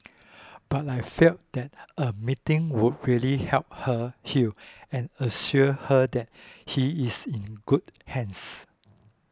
but I felt that a meeting would really help her heal and assure her that he is in good hands